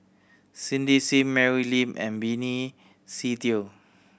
Cindy Sim Mary Lim and Benny Se Teo